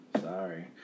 sorry